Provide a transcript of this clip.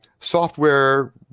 software